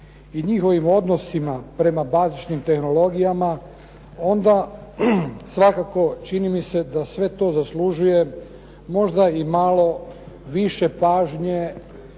i njihovim odnosima prema bazičnim tehnologijama, onda svakako čini mi se da sve to zaslužuje možda i malo više pažnje